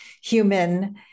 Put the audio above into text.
human